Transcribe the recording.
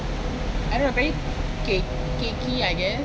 I don't very cake~ cakey I guess